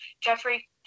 Jeffrey